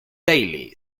daly